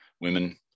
women